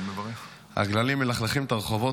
הגללים מלכלכים את הרחובות,